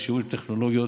ושימוש בטכנולוגיות,